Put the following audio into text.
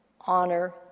honor